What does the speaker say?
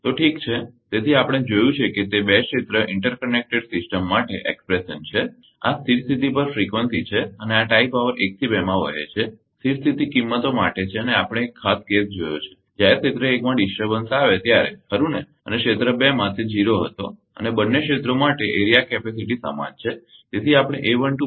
તો ઠીક છે તેથી આપણે જોયું છે કે તે બે ક્ષેત્ર ઇન્ટર કનેક્ટેડ સિસ્ટમ માટે અભિવ્યક્તિ છે આ સ્થિર સ્થિતિ પર ફ્રીકવંસીફ્રીકવંસી છે અને આ ટાઇ પાવર 1 થી 2 માં વહે છે સ્થિર સ્થિતી કિંમતો માટે છે અને આપણે એક ખાસ કેસ જોયો છે જ્યારે ક્ષેત્ર 1 માં ડિસ્ટર્બન્સ આવે ત્યારે ખરુ ને અને ક્ષેત્ર 2 માં તે 0 હતો અને બંને ક્ષેત્રો માટે એરિઆ કેપીસીટી સમાન છે